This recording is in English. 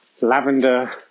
lavender